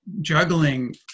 juggling